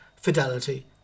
fidelity